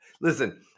Listen